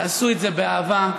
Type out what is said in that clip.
תעשו את זה באהבה,